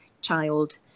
child